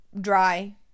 dry